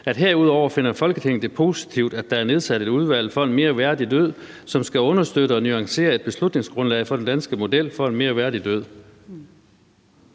»Herudover finder Folketinget det positivt, at der er nedsat Udvalget for en mere værdig død, som skal understøtte og nuancere et beslutningsgrundlag for en dansk model for en mere værdig død.«